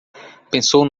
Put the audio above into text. pensou